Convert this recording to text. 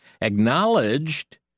acknowledged